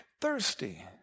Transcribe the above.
thirsty